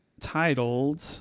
titled